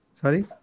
Sorry